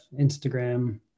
Instagram